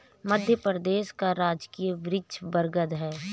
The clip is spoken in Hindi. मध्य प्रदेश का राजकीय वृक्ष बरगद है